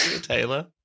Taylor